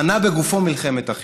מנע בגופו מלחמת אחים.